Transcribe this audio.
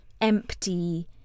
empty